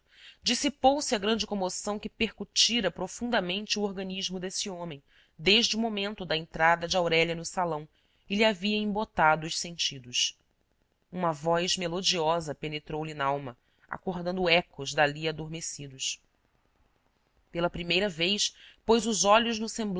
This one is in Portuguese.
dissipou-se a grande comoção que percutira profundamente o organismo desse homem desde o momento da entrada de aurélia no salão e lhe havia embotado os sentidos uma voz melodiosa penetrou lhe nalma acordando ecos dali adormecidos pela primeira vez pôs os olhos no